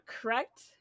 correct